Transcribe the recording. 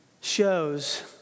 shows